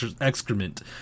excrement